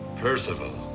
percival.